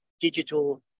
digital